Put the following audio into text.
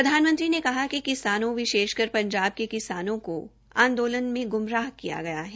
प्रधानमंत्री ने कहा कि किसानों विशेषकर ंजाब के किसानों को आंदोलन में गुमराह किया गया है